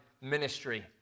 ministry